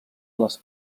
les